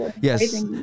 Yes